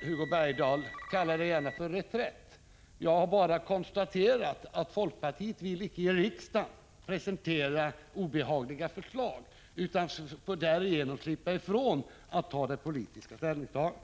Hugo Bergdahl får gärna kalla det en reträtt. Jag har bara konstaterat att folkpartiet i riksdagen icke vill presentera obehagliga förslag, för att därigenom slippa göra ett politiskt ställningstagande.